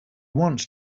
wants